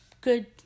good